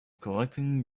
collecting